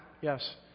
yes